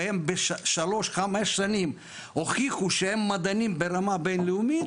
והם בשלוש-חמש שנים הוכיחו שהם מדענים ברמה בינלאומית,